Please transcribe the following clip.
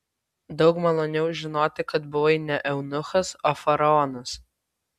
daug maloniau žinoti kad buvai ne eunuchas o faraonas